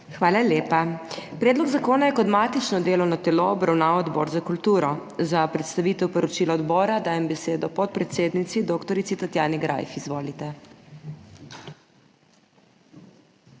Hvala lepa. Predlog zakona je kot matično delovno telo obravnaval Odbor za kulturo. Za predstavitev poročila odbora dajem besedo podpredsednici dr. Tatjani Greif. Izvolite.